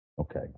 Okay